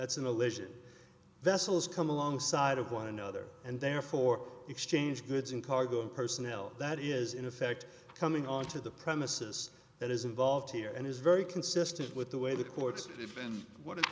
that's a malaysian vessels come alongside of one another and therefore exchange goods and cargo and personnel that is in effect coming onto the premises that is involved here and is very consistent with the way the courts have been what is